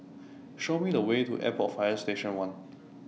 Show Me The Way to Airport Fire Station one